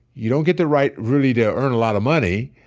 you don't get the right, really, to earn a lot of money.